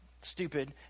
stupid